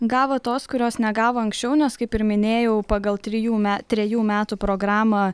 gavo tos kurios negavo anksčiau nes kaip ir minėjau pagal trijų me trejų metų programą